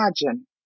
imagine